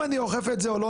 אם אני אוכף את זה או לא,